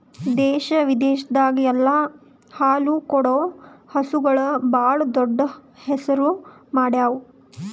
ದೇಶ ವಿದೇಶದಾಗ್ ಎಲ್ಲ ಹಾಲು ಕೊಡೋ ಹಸುಗೂಳ್ ಭಾಳ್ ದೊಡ್ಡ್ ಹೆಸರು ಮಾಡ್ಯಾವು